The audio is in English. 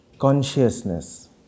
Consciousness